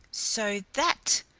so that,